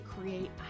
create